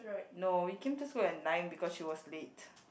no we came to school at nine because she was late